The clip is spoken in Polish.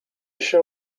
się